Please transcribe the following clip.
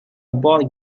board